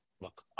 Look